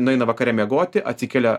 nueina vakare miegoti atsikelia